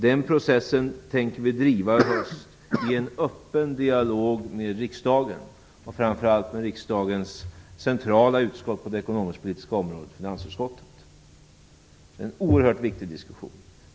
Den processen tänker vi driva i höst i en öppen dialog med riksdagen, framför allt med riksdagens centrala utskott på det ekonomisk-politiska området: finansutskottet. Det är en oerhört viktig diskussion.